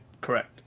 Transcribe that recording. correct